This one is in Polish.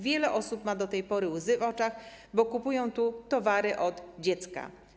Wiele osób ma do tej pory łzy w oczach, bo kupują tu towary od dziecka.